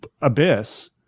abyss